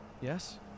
Yes